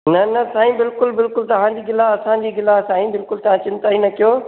न न साईं बिल्कुलु बिल्कुलु बिल्कुलु तव्हांजी गिला असांजी गिला साईं बिल्कुलु तव्हां चिंता ई न कयो